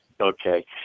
Okay